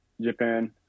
Japan